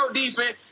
defense